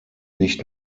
nicht